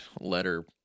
letter